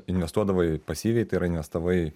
investuodavai pasyviai tai yra investavai